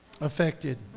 Affected